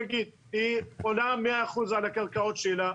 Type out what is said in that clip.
עולה ב-100% על הקרקעות שלה,